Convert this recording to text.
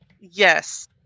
Yes